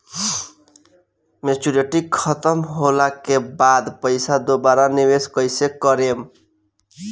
Maturity खतम होला के बाद पईसा दोबारा निवेश कइसे करेम?